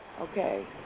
Okay